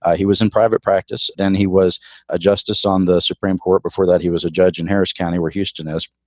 ah he was in private practice and he was a justice on the supreme court before that. he was a judge in harris county where houston is.